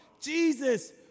Jesus